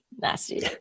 Nasty